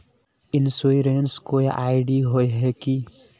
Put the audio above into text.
Insurance कोई ID होय है की?